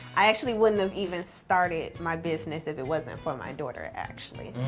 i actually wouldn't have even started my business if it wasn't for my and daughter, actually.